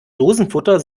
dosenfutter